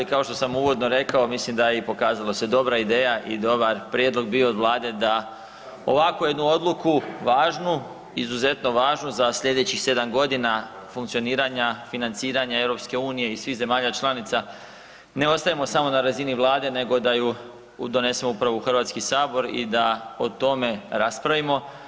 Kao što sam uvodno rekao mislim da je i pokazala se dobra ideja i dobar prijedlog bio od Vlade da ovakvu jednu odluku važnu izuzetno važnu za sljedećih sedam godina funkcioniranja, financiranja EU i svih zemalja članica ne ostajemo samo na razini Vlade nego da ju donesemo prvo u HS i da o tome raspravimo.